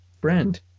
friend